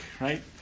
right